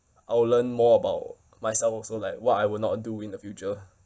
I will learn more about myself also like what I will not do in the future